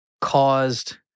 caused